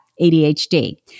ADHD